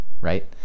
right